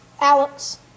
Alex